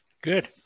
Good